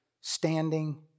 standing